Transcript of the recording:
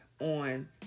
on